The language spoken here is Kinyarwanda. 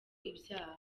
ibyaha